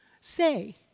say